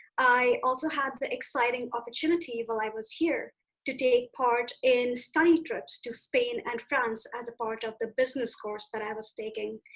i also had the exciting opportunity while i was here to take part in study trips to spain and france as a part of the business course that i was taking.